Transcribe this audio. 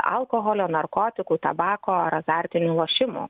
alkoholio narkotikų tabako ar azartinių lošimų